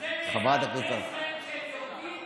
על זה נאמר, יורדים